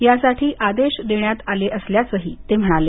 यासाठी आदेश देण्यात आल्याचंही ते म्हणाले